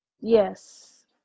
Yes